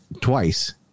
twice